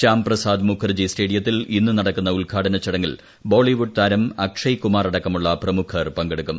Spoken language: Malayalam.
ശ്യാം പ്രസാദ് മുഖർജി സ്റ്റേഡിയത്തിൽ ഇന്ന് നടക്കുന്ന ഉദ്ഘാടന ചടങ്ങിൽ ബോളിവുഡ്ഡ് താരം അക്ഷയ്കുമാർ അടക്കമുള്ള പ്രമുഖർ പങ്കെടുക്കും